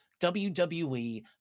WWE